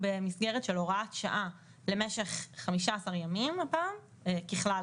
במסגרת הוראת שעה למשך 15 ימים ככלל